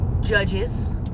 judges